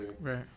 right